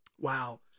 Wow